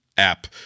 app